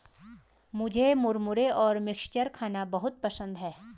मुझे मुरमुरे और मिक्सचर खाना बहुत पसंद है